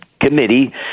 committee